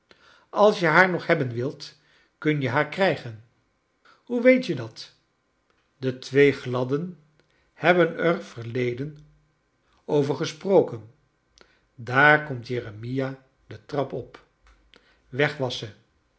als je haar nog hebben wilt kun je haar krijgen hoe weet je dat de twee gladden hebben er verleden over gesproken daar komt jeremia de trap op i weg